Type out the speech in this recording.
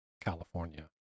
California